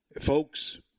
folks